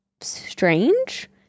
strange